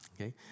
okay